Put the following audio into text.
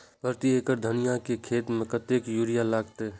प्रति एकड़ धनिया के खेत में कतेक यूरिया लगते?